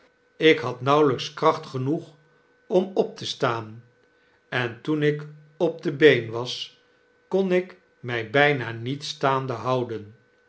ik had nauweljjks kracht genoeg om op te staan en toen ik op de been was kon ik my bgna niet staande houden